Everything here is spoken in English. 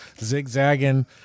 zigzagging